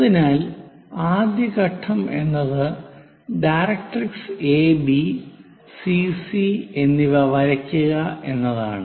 അതിനാൽ ആദ്യ ഘട്ടം എന്നത് ഡയറക്ട്രിക്സ് എബി സിസി എന്നിവ വരയ്ക്കുക എന്നതാണ്